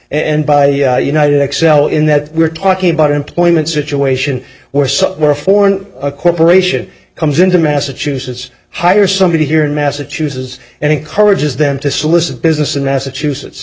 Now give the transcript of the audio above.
and by united excel in that we're talking about employment situation where some were foreign a corporation comes into massachusetts hire somebody here in massachusetts and encourages them to solicit business in massachusetts